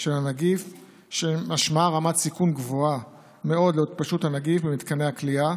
של הנגיף שמשמעה רמת סיכון גבוהה מאוד להתפשטות הנגיף במתקני הכליאה.